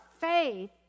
faith